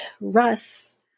Russ